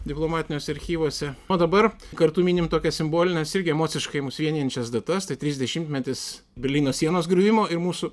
diplomatiniuose archyvuose o dabar kartu minim tokias simbolines irgi emociškai mus vienijančias datas tai trisdešimtmetis berlyno sienos griuvimo ir mūsų